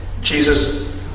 Jesus